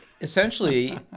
essentially